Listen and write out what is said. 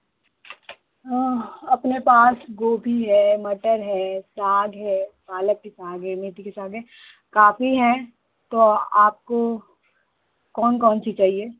अपने पास गोभी है मटर है साग है पालक की साग है मेथी की साग है काफ़ी है तो आपको कौन कौन सी चाहिए